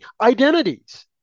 identities